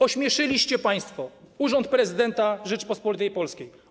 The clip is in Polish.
Ośmieszyliście państwo urząd prezydenta Rzeczypospolitej Polskiej.